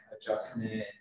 adjustment